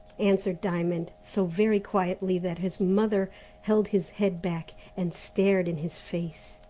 answered diamond, so very quietly that his mother held his head back and stared in his face.